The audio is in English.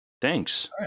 thanks